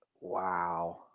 Wow